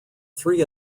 three